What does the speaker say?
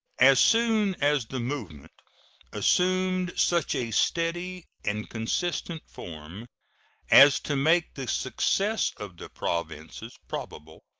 as soon as the movement assumed such a steady and consistent form as to make the success of the provinces probable,